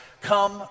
come